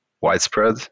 widespread